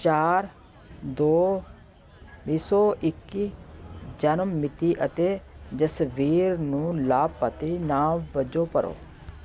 ਚਾਰ ਦੋ ਵੀਹ ਸੌ ਇੱਕੀ ਜਨਮ ਮਿਤੀ ਅਤੇ ਜਸਬੀਰ ਨੂੰ ਲਾਭਪਾਤਰੀ ਨਾਮ ਵਜੋਂ ਭਰੋ